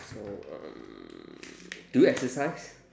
so um do you exercise